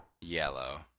Yellow